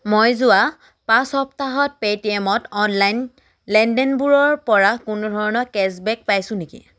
মই যোৱা পাঁচ সপ্তাহত পে'টিএমত অনলাইন লেনদেনবোৰৰপৰা কোনো ধৰণৰ কেশ্ববেক পাইছোঁ নেকি